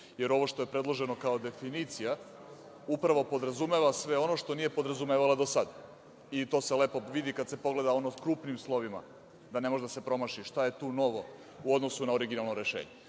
jer ovo što je predloženo kao definicija upravo podrazumeva sve ono što nije podrazumevala do sada, i to se lepo vidi kada se pogleda ono krupnim slovima, da ne može da se promaši, šta je tu novo u odnosu na originalno rešenje.